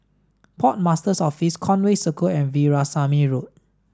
Port Master's Office Conway Circle and Veerasamy Road